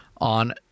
on